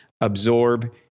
absorb